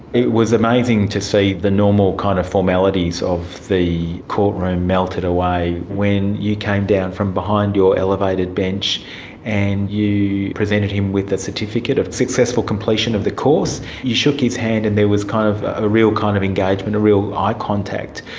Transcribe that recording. it was amazing to see the normal kind of formalities of the courtroom melted away when you came down from behind your elevated bench and you presented him with a certificate of successful completion of the course. you shook his hand and there was kind of a real kind of engagement, a real eye contact,